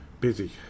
busy